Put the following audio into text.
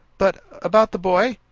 but about the boy?